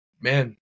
man